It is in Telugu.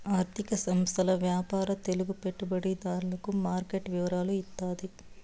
ఆర్థిక సంస్థల వ్యాపార తెలుగు పెట్టుబడిదారులకు మార్కెట్ వివరాలు ఇత్తాది